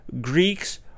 Greeks